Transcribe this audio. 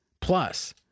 Plus